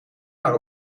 maar